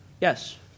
Yes